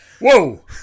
Whoa